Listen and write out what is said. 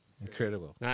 Incredible